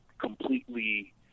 completely